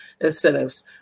incentives